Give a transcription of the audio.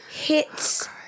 hits